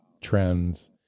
trends